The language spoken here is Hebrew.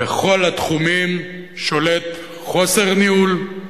בכל התחומים שולטים חוסר ניהול,